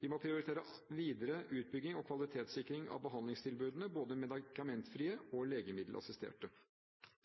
Vi må prioritere videre utbygging og kvalitetssikring av behandlingstilbudene, både medikamentfrie og legemiddelassisterte.